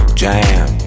jam